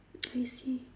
I see